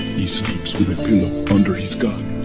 he sleeps with a pool under his gun